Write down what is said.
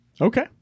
okay